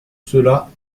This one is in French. cela